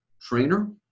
Trainer